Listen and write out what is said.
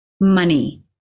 Money